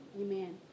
amen